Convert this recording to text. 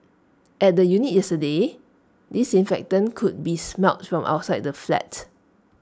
at the unit yesterday disinfectant could be smelt from outside the flat